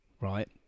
right